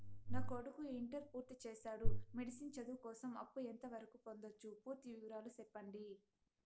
నా కొడుకు ఇంటర్ పూర్తి చేసాడు, మెడిసిన్ చదువు కోసం అప్పు ఎంత వరకు పొందొచ్చు? పూర్తి వివరాలు సెప్పండీ?